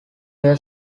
were